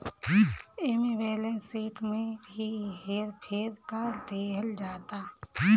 एमे balance sheet में भी हेर फेर क देहल जाता